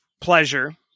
pleasure